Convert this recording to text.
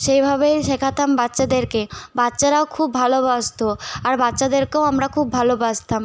সেইভাবে শেখাতাম বাচ্চাদেরকে বাচ্চারাও খুব ভালবাসতো আর বাচ্চাদেরকেও আমরা খুব ভালবাসতাম